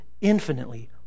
infinitely